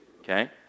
Okay